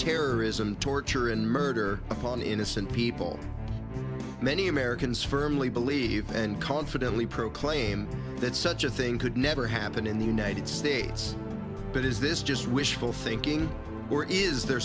terrorism torture and murder of on innocent people many americans firmly believe and confidently proclaimed that such a thing could never happen in the united states but is this just wishful thinking or is there